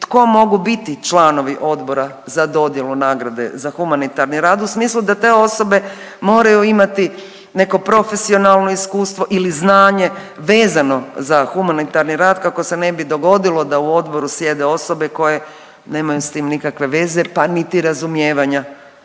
tko mogu biti članovi odbora za dodjelu nagrade za humanitarni rad u smislu da te osobe moraju imati neko profesionalno iskustvo ili znanje vezano za humanitarni rad kako se ne bi dogodilo da u odboru sjede osobe koje nemaju s tim nikakve veze, pa niti razumijevanja